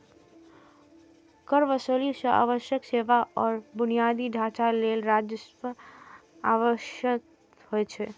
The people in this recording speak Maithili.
कर वसूली सं आवश्यक सेवा आ बुनियादी ढांचा लेल राजस्वक व्यवस्था होइ छै